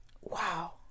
Wow